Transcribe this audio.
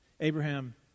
Abraham